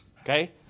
Okay